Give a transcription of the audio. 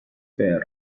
faire